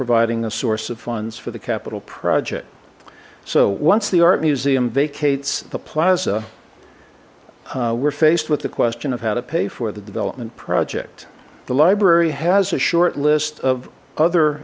providing a source of funds for the capital project so once the art museum vacates the plaza we're faced with the question of how to pay for the development project the library has a short list of other